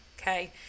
okay